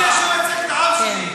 אני זה שמייצג את העם שלי.